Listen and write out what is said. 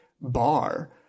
bar